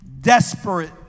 Desperate